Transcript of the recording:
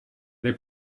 they